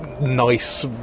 nice